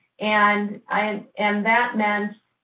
and and and that meant,